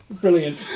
Brilliant